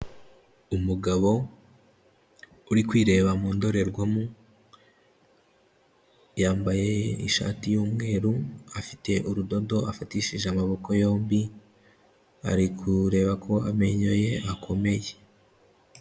Umugabo uri kwireba mu ndorerwamu, yambaye ishati y'umweru afite urudodo afatishije amaboko yombi, ari kureba ko amenyo ye akomeye.